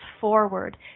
forward